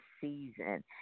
season